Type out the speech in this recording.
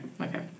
Okay